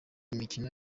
mikino